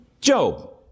Job